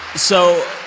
so